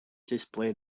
display